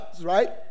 right